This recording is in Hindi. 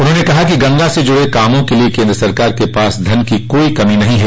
उन्होंने कहा कि गंगा से जुड़े कार्यो के लिए केन्द्र सरकार के पास धन की कोइ कमी नहीं है